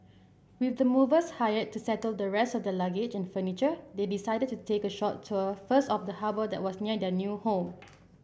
with the movers hired to settle the rest of their luggage and furniture they decided to take a short tour first of the harbour that was near their new home